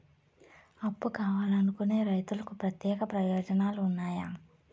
అప్పు కావాలనుకునే రైతులకు ప్రత్యేక ప్రయోజనాలు ఉన్నాయా?